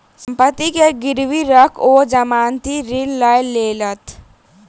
सम्पत्ति के गिरवी राइख ओ जमानती ऋण लय लेलैथ